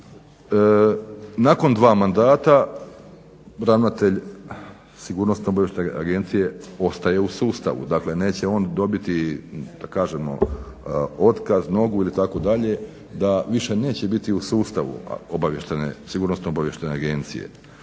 Nakon dva mandata ravnatelj sigurnosno obavještajne agencije ostaje u sustavu, dakle neće on dobiti da kažemo otkaz, nogu itd., da više neće biti u sustavu obavještajne, sigurnosno obavještajne agencije